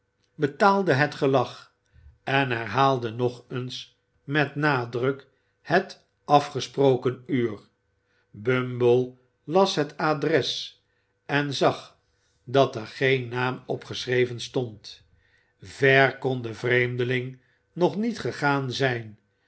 betaalde het gelag en herhaalde nog eens met nadruk het afgesproken uur bumble las het adres en zag dat er geen naam op geschreven stond ver kon de vreemdeling nog niet gegaan zijn